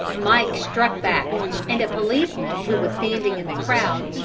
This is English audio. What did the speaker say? mike struck back and a policeman, who was standing in the crowd,